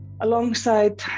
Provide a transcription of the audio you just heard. Alongside